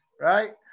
Right